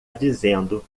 dizendo